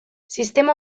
sistema